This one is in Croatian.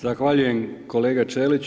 Zahvaljujem kolega Ćelić.